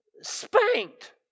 spanked